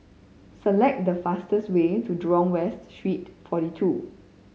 select the fastest way to Jurong West Street Forty Two